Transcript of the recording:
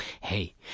Hey